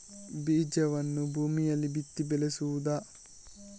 ಬೀಜವನ್ನು ಭೂಮಿಯಲ್ಲಿ ಬಿತ್ತಿ ಬೆಳೆಸುವುದಾ?